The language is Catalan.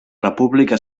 república